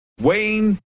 Wayne